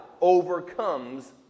overcomes